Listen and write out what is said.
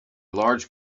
large